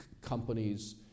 companies